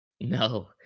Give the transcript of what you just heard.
No